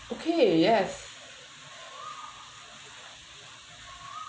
okay yes